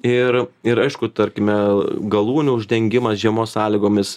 ir ir aišku tarkime galūnių uždengimas žiemos sąlygomis